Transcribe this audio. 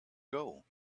goal